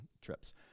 trips